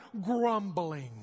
grumbling